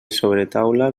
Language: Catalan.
sobretaula